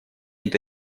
это